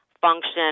function